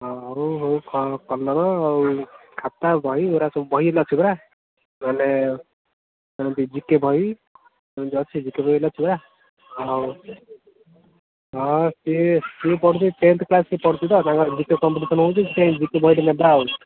ହଁ ଆଉ କଲର୍ ଆଉ ଖାତା ବହି ଏରା ସବୁ ବହି ହେଲେ ଅଛିପରା ନ ହେଲେ ଏମିତି ଜି କେ ବହି ଏମିତି ଅଛି ଜି କେ ବହି ହେଲେପରା ଆଉ ହଁ ସିଏ ସେ ପଢ଼ୁଛି ଟେନଥ୍ କ୍ଲାସ୍ ରେ ପଢ଼ୁଛି ତ ତାଙ୍କର ଜି କେ କମ୍ପିଟିସନ୍ ହେଉଛି ସେଥିପାଇଁ ଜି କେ ବହିଟେ ନେବା ଆଉ